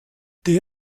der